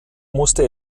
musste